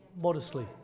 modestly